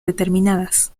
determinadas